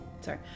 Sorry